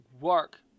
work